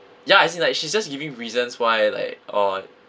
ya as in like she's just giving reasons why like orh